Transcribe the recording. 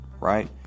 right